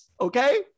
Okay